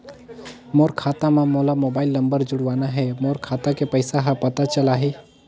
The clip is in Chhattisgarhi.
मोर खाता मां मोला मोबाइल नंबर जोड़वाना हे मोर खाता के पइसा ह पता चलाही?